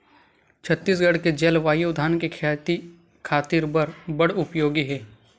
छत्तीसगढ़ के जलवायु धान के खेती खातिर बर बड़ उपयोगी हे